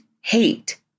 hate